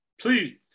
Please